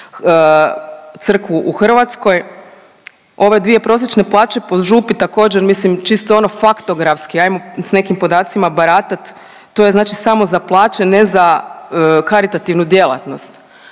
crkvu u Hrvatskoj. Ove dvije prosječne plaće po župi također mislim čisto ono faktografski hajmo sa nekim podacima baratati. To je znači samo za plaće ne za karitativnu djelatnost.